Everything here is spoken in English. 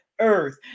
earth